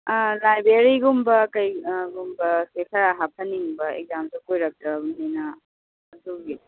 ꯂꯥꯏꯕ꯭ꯔꯦꯔꯤꯒꯨꯝꯕ ꯀꯩꯒꯨꯝꯕꯁꯦ ꯈꯔ ꯍꯥꯞꯍꯟꯅꯤꯡꯏ ꯑꯦꯛꯖꯥꯝꯁꯨ ꯀꯨꯏꯔꯛꯇ꯭ꯔꯕꯅꯤꯅ ꯑꯗꯨꯒꯤ